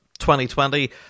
2020